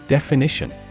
Definition